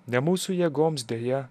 ne mūsų jėgoms deja